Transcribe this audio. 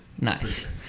Nice